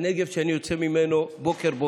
הנגב שאני יוצא ממנו בוקר-בוקר.